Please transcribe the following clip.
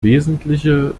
wesentliche